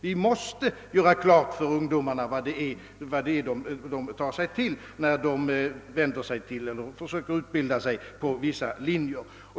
Vi måste göra klart för ungdomarna vad det är de tar sig till när de försöker utbilda sig på vissa linjer.